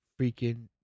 freaking